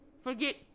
forget